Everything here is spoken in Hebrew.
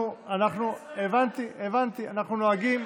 נוהגים